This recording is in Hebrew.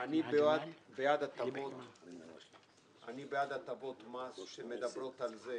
אני בעד הטבות מס שמגדילות,